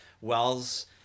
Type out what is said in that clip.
Wells